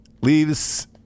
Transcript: leaves